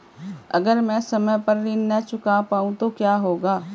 अगर म ैं समय पर ऋण न चुका पाउँ तो क्या होगा?